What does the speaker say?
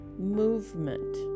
movement